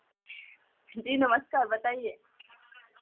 जी नमस्कार बताइए